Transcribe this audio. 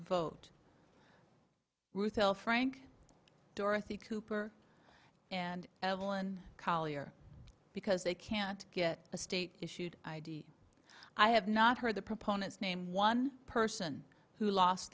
l frank dorothy cooper and evelyn collier because they can't get a state issued id i have not heard the proponents name one person who lost